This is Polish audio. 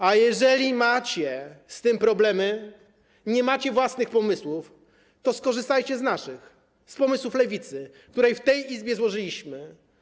A jeżeli macie z tym problemy, nie macie własnych pomysłów, to skorzystajcie z naszych, z pomysłów Lewicy, które w tej Izbie złożyliśmy.